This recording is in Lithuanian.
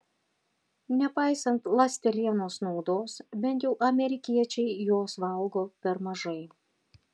nepaisant ląstelienos naudos bent jau amerikiečiai jos valgo per mažai